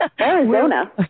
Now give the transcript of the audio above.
Arizona